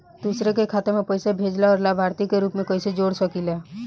दूसरे के खाता में पइसा भेजेला और लभार्थी के रूप में कइसे जोड़ सकिले?